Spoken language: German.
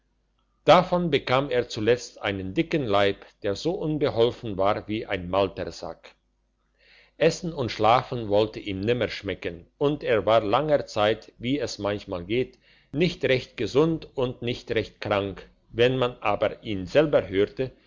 davon bekam er zuletzt einen dicken leib der so unbeholfen war wie ein sack essen und schlaf wollten ihm nimmer schmecken und er war lange zeit wie es manchmal geht nicht redet gesund und nicht recht krank wenn man aber ihn selber hörte